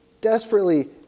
Desperately